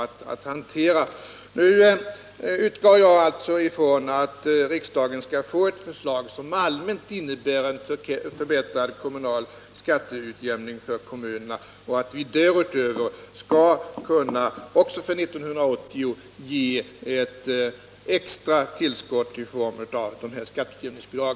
Nu utgår jag från att riksdagen skall få ett förslag, som allmänt innebär en förbättrad skatteutjämning för kommunerna och att vi därutöver, också för 1980, skall kunna ge ett extra tillskott i form av skatteutjämningsbidrag.